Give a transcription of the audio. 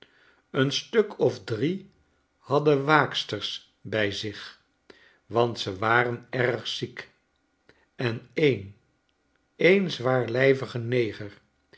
een stuk of drie hadden waaksters bij zich want ze waren erg ziek en een een zwaarlijvige neger